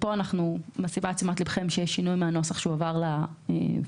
לשם מילוי תפקידיהם ובהתאם לתנאים הקבועים בתוספת האמורה,